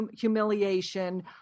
humiliation